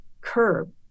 curb